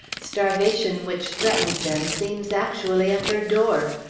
starvation which threatened them seems actually at their door.